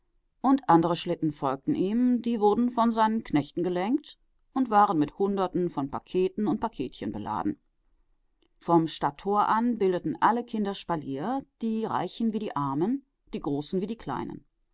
und andere schlitten folgten ihm die wurden von seinen knechten gelenkt und waren mit hunderten von paketen und paketchen beladen vom stadttor an bildeten alle kinder spalier die reichen wie die armen die großen wie die kleinen